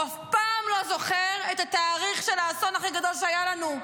הוא אף פעם לא זוכר את התאריך של האסון הכי גדול שהיה לנו,